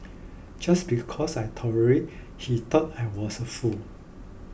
just because I tolerate he thought I was a fool